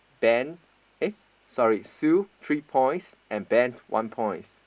ben eh sorry Sue three points and Ben one point